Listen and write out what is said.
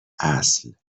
اصل